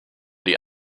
die